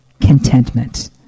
contentment